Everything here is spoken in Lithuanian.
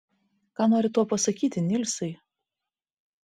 ką nori tuo pasakyti nilsai